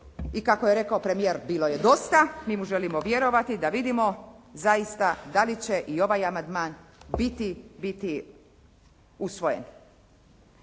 i kako je rekao premijer bilo je dosta, mi mu želimo vjerovati, da vidimo zaista da li će i ovaj amandman biti usvojen.